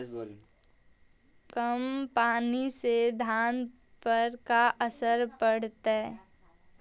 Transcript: कम पनी से धान पर का असर पड़तायी?